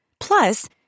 Plus